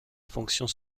fonctions